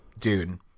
dude